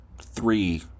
three